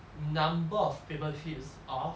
number of paper clips off